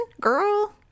girl